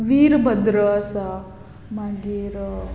वीरभद्र आसा मागीर